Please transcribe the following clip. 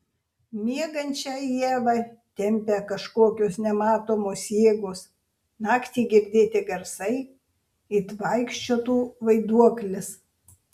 miegančią ievą tempia kažkokios nematomos jėgos naktį girdėti garsai it vaikščiotų vaiduoklis